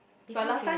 define serious